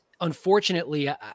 unfortunately